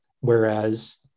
Whereas